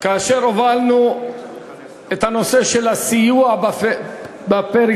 כאשר הובלנו את הנושא של הסיוע בפריפריה,